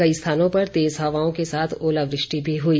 कई स्थानों पर तेज हवाओं के साथ ओलावृष्टि भी हुई